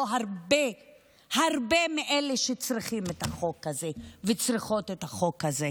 הרבה הרבה מאלה שצריכים את החוק הזה וצריכות את החוק הזה,